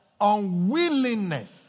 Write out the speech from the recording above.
unwillingness